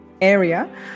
area